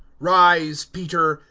rise, peter,